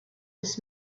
this